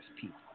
people